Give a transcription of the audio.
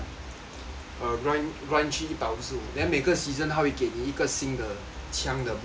uh grind grind 去一百五十五 then 每个 season 它会给你一个新的抢的 blueprint